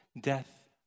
death